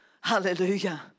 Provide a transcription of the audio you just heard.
Hallelujah